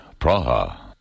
Praha